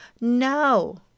No